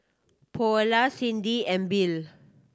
Paola Cindy and Bill